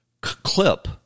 clip